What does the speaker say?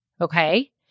okay